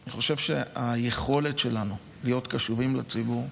אני חושב שהיכולת שלנו להיות קשובים לציבור,